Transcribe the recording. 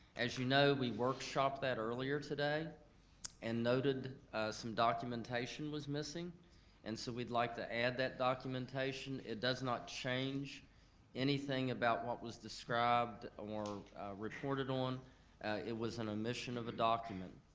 as you know we work shopped that earlier today and noted some documentation was missing and so we'd like to add that documentation. it does not change anything about what was described or reported on it was an omission of a document.